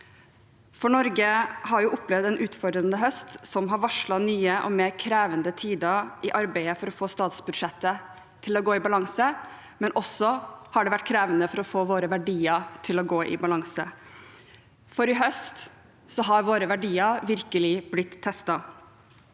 dag. Norge har opplevd en utfordrende høst som har varslet nye og mer krevende tider i arbeidet for å få statsbudsjettet til å gå i balanse, men det har også vært krevende for å få våre verdier til å gå i balanse, for i høst har våre verdier virkelig blitt testet.